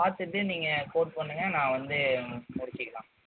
பார்த்துட்டு நீங்கள் வந்து கோட் பண்ணுங்க நான் வந்து முடிச்சுக்கலாம்